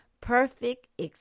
perfect